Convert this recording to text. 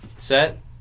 set